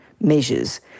measures